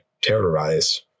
terrorize